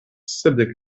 sepdek